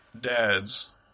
dad's